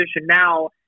now